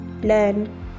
learn